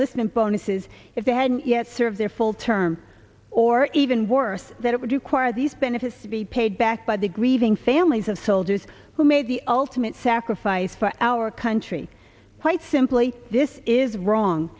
lives bonuses if they hadn't yet served their full term or even worse that it would require these benefits to be paid back by the grieving families of soldiers who made the ultimate sacrifice for our country quite simply this is wrong